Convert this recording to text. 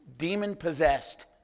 demon-possessed